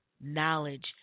knowledge